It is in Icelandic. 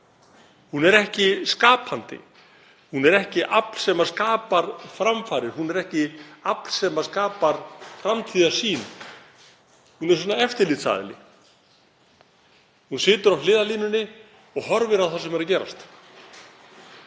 hún er ekki skapandi. Hún er ekki afl sem skapar framfarir. Hún er ekki afl sem skapar framtíðarsýn. Hún er svona eftirlitsaðili, hún situr á hliðarlínunni og horfir á það sem er að gerast.